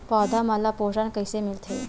पौधा मन ला पोषण कइसे मिलथे?